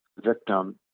victim